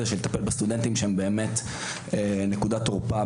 של לטפל בסטודנטים שהם נקודת תורפה,